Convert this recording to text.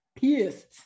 Pissed